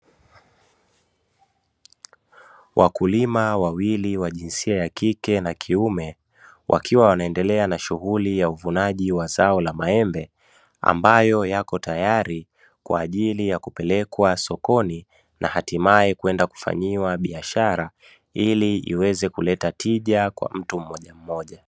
Wakulima wawili wa jinsia ya kike na kiuma wakiwa wanaendelea na shughuli ya uvunaji wa zao la maembe, ambayo yako tayari kwa ajili ya kupelekwa sokoni na hatimaye kwenda kufanyiwa biashara, ili iweze kuleta tija kwa mtu mmojammoja.